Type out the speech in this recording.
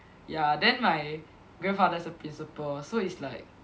ya then my grandfather's a principal so it's like